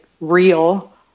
real